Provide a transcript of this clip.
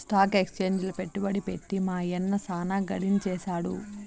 stock ఎక్సేంజిల పెట్టుబడి పెట్టి మా యన్న సాన గడించేసాడు